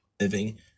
Living